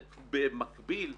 במקביל,